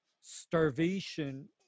starvation